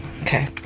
Okay